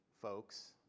folks